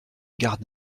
garde